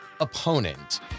opponent